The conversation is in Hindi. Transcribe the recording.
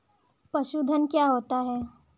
पशुधन क्या होता है?